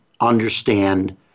understand